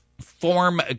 form